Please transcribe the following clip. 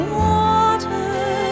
water